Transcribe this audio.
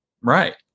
Right